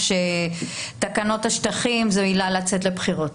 שתקנות השטחים זוהי עילה לצאת לבחירות.